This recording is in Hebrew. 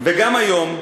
וגם היום,